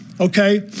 okay